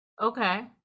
Okay